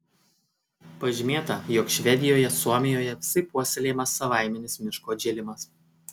pažymėta jog švedijoje suomijoje visaip puoselėjamas savaiminis miško atžėlimas